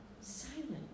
Silent